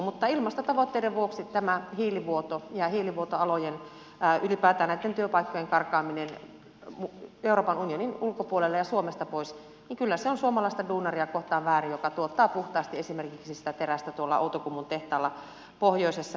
mutta ilmastotavoitteiden vuoksi tämä hiilivuoto ja hiilivuotoalojen ylipäätään näitten työpaikkojen karkaaminen euroopan unionin ulkopuolelle ja suomesta pois kyllä on sitä suomalaista duunaria kohtaan väärin joka tuottaa puhtaasti esimerkiksi sitä terästä tuolla outokummun tehtaalla pohjoisessa